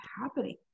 happening